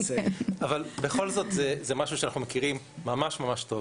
אבל בכל זאת, זה משהו שאנחנו מכירים ממש ממש טוב,